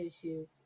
issues